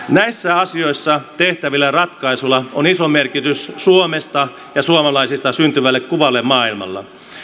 näissä asioissa tehtävillä ratkaisuilla on iso merkitys suomesta ja suomalaisista syntyvälle kuvalle maailmalla